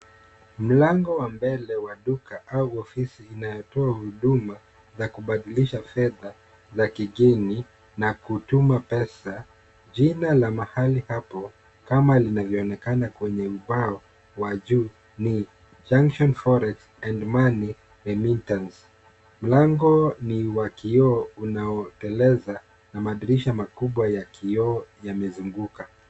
Mlango wa mbele wa duka au ofisi inayotoa huduma za kubadilisha fedha za kigeni na kutuma pesa. Jina la mahali hapo kama linavyoonekana kwenye ubao wa juu ni Juction Forex and Money Remittance. Mlango ni wa kioo unaoteleza na madirisha makubwa ya kioo yamezunguka.